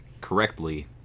correctly